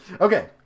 Okay